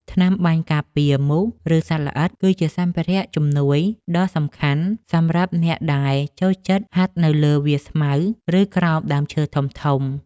ថ្នាំបាញ់ការពារមូស ឬសត្វល្អិត គឺជាសម្ភារៈជំនួយដ៏សំខាន់សម្រាប់អ្នកដែលចូលចិត្តហាត់នៅលើវាលស្មៅ ឬក្រោមដើមឈើធំៗ។